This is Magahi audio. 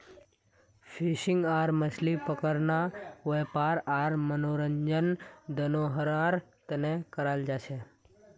फिशिंग या मछली पकड़ना वयापार आर मनोरंजन दनोहरार तने कराल जाहा